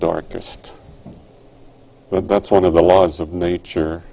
darkest but that's one of the laws of nature